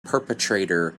perpetrator